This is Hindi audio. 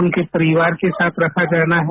उनके परियार के साथ रखा जाना है